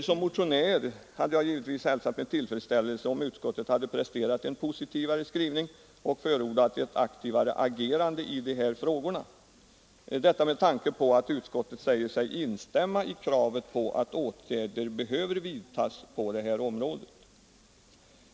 Som motionär hade jag givetvis hälsat med tillfredsställelse om utskottet hade presterat en mer positiv skrivning och förordat ett aktivare agerande i de här frågorna. Detta med tanke på att utskottet säger sig instämma i kravet på att åtgärder behöver vidtas på detta område.